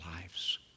lives